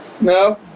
No